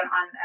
on